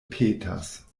petas